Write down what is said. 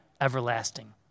everlasting